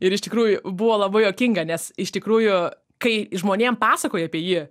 ir iš tikrųjų buvo labai juokinga nes iš tikrųjų kai žmonėm pasakoji apie jį